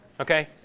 Okay